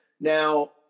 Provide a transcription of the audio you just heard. Now